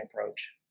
approach